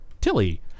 Tilly